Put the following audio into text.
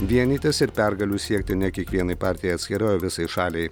vienytis ir pergalių siekti ne kiekvienai partijai atskirai o visai šaliai